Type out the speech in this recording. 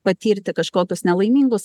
patirti kažkokius nelaimingus